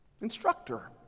Instructor